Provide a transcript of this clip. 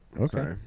Okay